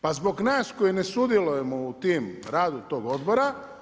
Pa zbog nas koji ne sudjelujemo u tim, radu tih odbora.